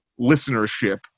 listenership